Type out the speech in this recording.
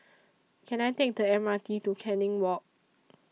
Can I Take The M R T to Canning Walk